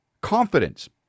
confidence